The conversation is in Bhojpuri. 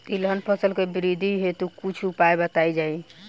तिलहन फसल के वृद्धी हेतु कुछ उपाय बताई जाई?